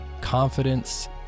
confidence